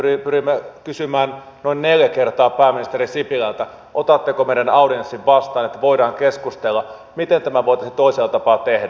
pyrimme kysymään noin neljä kertaa pääministeri sipilältä otatteko meidän audienssimme vastaan että voidaan keskustella miten tämä voitaisiin toisella tapaa tehdä